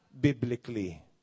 Biblically